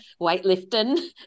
weightlifting